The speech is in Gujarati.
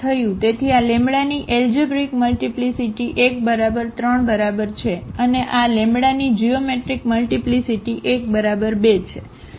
તેથી આ λની એલજેબ્રિક મલ્ટીપ્લીસીટી 1 બરાબર 3 બરાબર છે અને આ λની જીઓમેટ્રિક મલ્ટીપ્લીસીટી 1 બરાબર 2 છે